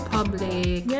Public